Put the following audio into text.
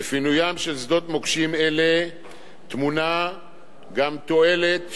בפינוים של שדות מוקשים אלה טמונה גם תועלת,